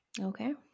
Okay